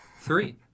three